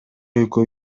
экөө